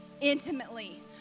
intimately